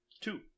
Two